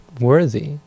worthy